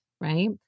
Right